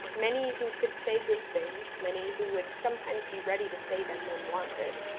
many who could say good things, many who would sometimes be ready to say them when wanted,